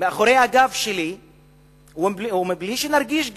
מאחורי הגב שלי ובלי שנרגיש גם.